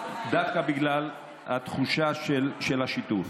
דווקא בגלל התחושה של השיתוף.